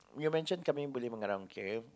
you mentioned kami boleh mengarang okay